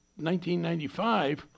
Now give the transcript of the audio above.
1995